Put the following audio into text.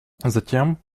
затем